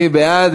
מי בעד?